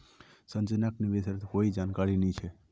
संजनाक निवेशेर कोई जानकारी नी छेक